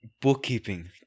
bookkeeping